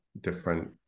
different